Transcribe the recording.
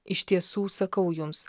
iš tiesų sakau jums